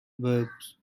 verbs